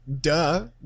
duh